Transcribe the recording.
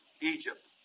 Egypt